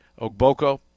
Ogboko